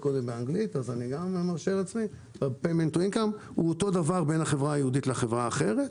הוא אותו דבר בין החברה היהודית לחברה האחרת.